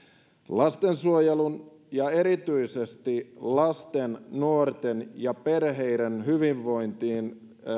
lastensuojelun ja erityisesti lasten nuorten ja perheiden hyvinvointiin